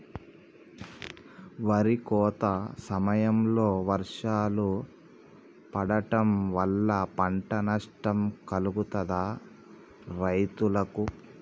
వరి కోత సమయంలో వర్షాలు పడటం వల్ల పంట నష్టం కలుగుతదా రైతులకు?